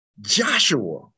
Joshua